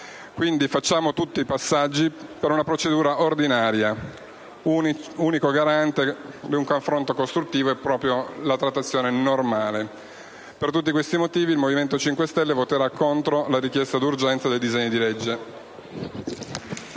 quindi tutti i passaggi per una procedura ordinaria. Unica garanzia di un confronto costruttivo è proprio la trattazione normale. Per tutti questi motivi il Movimento 5 Stelle voterà contro la **richiesta di adozione della